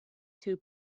two